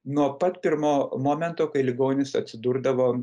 nuo pat pirmo momento kai ligonis atsidurdavo